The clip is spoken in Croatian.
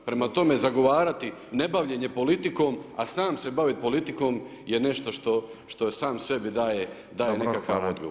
Prema tome, zagovarati nebavljenje politikom, a sam se baviti politikom je nešto što sam sebi daje nekakav odgovor.